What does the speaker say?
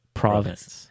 province